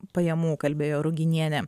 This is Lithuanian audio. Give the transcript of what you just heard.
pajamų kalbėjo ruginienė